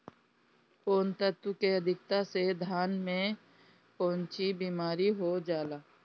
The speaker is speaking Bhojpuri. कौन तत्व के अधिकता से धान में कोनची बीमारी हो जाला?